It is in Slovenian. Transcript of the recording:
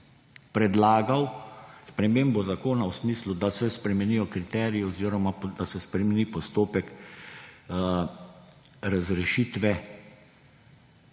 predlagal spremembo zakona v smislu, da se spremenijo kriteriji oziroma da se spremeni postopek razrešitve